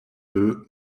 deux